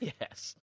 Yes